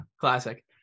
classic